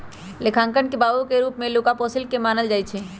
लेखांकन के बाबू के रूप में लुका पैसिओली के मानल जाइ छइ